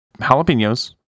jalapenos